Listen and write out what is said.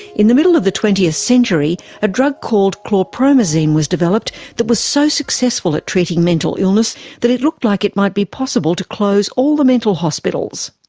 in the middle of the twentieth century a drug called chlorpromazine was developed that was so successful at treating mental illness that it looked like it might be possible to close all the mental hospitals.